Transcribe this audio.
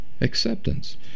Acceptance